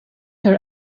her